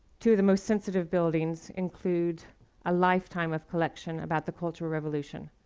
two of the most sensitive buildings include a lifetime of collection about the cultural revolution,